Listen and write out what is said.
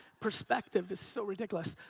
perspective is so ridiculous.